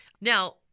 Now-